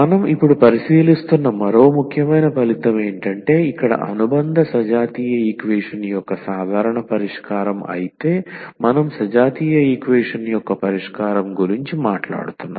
మనం ఇప్పుడు పరిశీలిస్తున్న మరో ముఖ్యమైన ఫలితం ఏంటంటే ఇక్కడ అనుబంధ సజాతీయ ఈక్వేషన్ యొక్క సాధారణ పరిష్కారం అయితే మనం సజాతీయ ఈక్వేషన్ యొక్క పరిష్కారం గురించి మాట్లాడుతున్నాము